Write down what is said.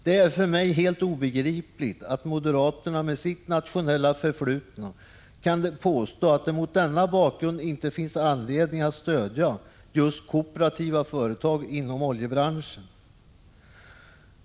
Det är för mig helt obegripligt att moderaterna med sitt nationella förflutna kan påstå att det mot denna bakgrund inte finns anledning att stödja just kooperativa företag inom oljebranschen.